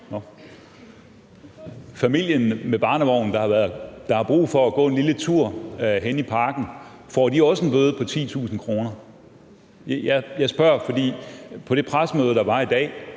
familien med barnevognen, der har brug for at gå en lille tur henne i parken, også en bøde på 10.000 kr.? Jeg spørger, fordi det på det pressemøde,